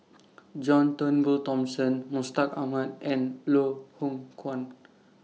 John Turnbull Thomson Mustaq Ahmad and Loh Hoong Kwan